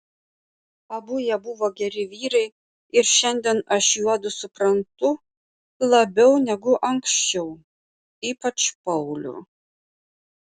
abu jie buvo geri vyrai ir šiandien aš juodu suprantu labiau negu anksčiau ypač paulių